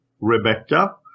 Rebecca